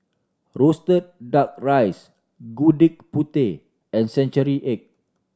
roasted Duck Rice Gudeg Putih and century egg